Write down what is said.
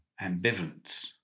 ambivalence